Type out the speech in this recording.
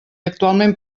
actualment